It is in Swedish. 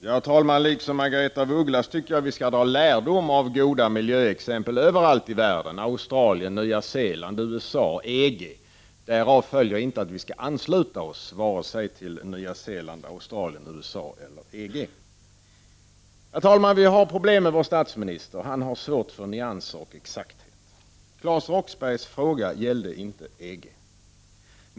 Herr talman! Liksom Margaretha af Ugglas tycker jag att vi skall dra lärdom av goda miljöexempel överallt i världen, i Australien, Nya Zeeland, USA och EG. Men därav följer inte att vi skall ansluta oss vare sig till Nya Zeeland, Australien, USA eller EG. Herr talman! Vi har problem med vår statsminister. Han har svårt för nyanser och exakthet. Claes Roxberghs fråga gällde inte EG.